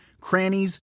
crannies